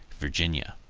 virginia.